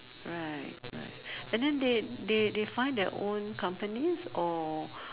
right right and then they they they find their own companies or